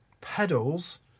pedals